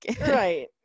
right